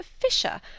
Fisher